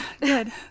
Good